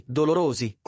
dolorosi